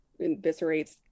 inviscerates